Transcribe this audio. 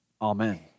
Amen